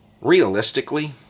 Realistically